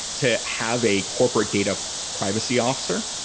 to have a corporate data privacy officer,